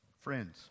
friends